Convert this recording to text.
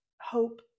hope